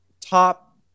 top